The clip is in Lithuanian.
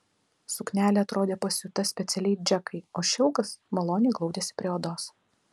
suknelė atrodė pasiūta specialiai džekai o šilkas maloniai glaudėsi prie odos